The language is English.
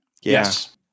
Yes